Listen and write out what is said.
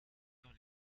dans